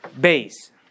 base